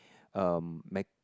um mech~